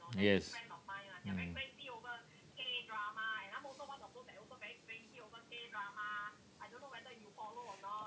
yes mm